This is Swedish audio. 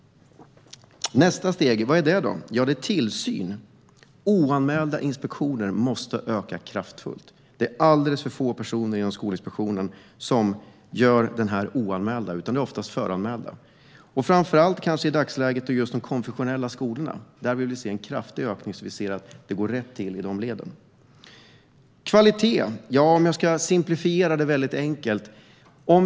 Vad är nästa steg? Jo, det är tillsyn. Antalet oanmälda inspektioner måste öka kraftigt. Det är alldeles för få personer inom Skolinspektionen som gör oanmälda besök. Det gäller framför allt de konfessionella skolorna. Där vill vi se en kraftig ökning så att man ser att det går rätt till där. Jag ska exemplifiera kvalitet väldigt enkelt.